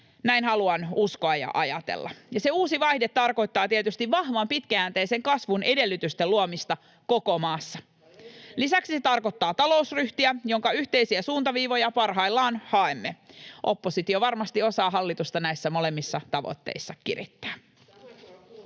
Näin haluan uskoa ja ajatella. Ja se uusi vaihde tarkoittaa tietysti vahvan, pitkäjänteisen kasvun edellytysten luomista koko maassa. [Ben Zyskowicz: Ai ensi keväänä?] Lisäksi se tarkoittaa talousryhtiä, jonka yhteisiä suuntaviivoja parhaillaan haemme. Oppositio varmasti osaa hallitusta näissä molemmissa tavoitteissa kirittää.